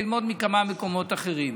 ללמוד מכמה מקומות אחרים.